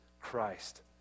Christ